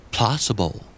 Plausible